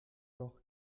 noch